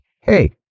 Hey